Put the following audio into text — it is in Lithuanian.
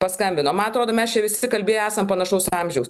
paskambino man atrodo mes čia visi kalbėję esam panašaus amžiaus